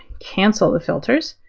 cancel the filters.